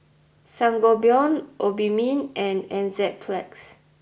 Sangobion Obimin and Enzyplex